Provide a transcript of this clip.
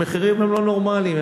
המחירים הם לא נורמליים,